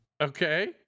Okay